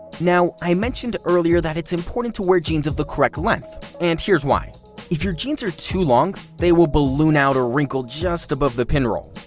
now, i mentioned earlier that it's important to wear jeans of the correct length, and here's why if your jeans are too long, they will balloon out or wrinkle just above the pinroll.